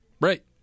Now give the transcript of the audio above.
Right